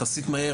יחסית מהר,